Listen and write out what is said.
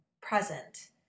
present